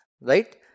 right